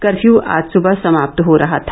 curfew आज सुबह समाप्त हो रहा था